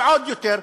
עוד יותר.